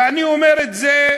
ואני אומר את זה,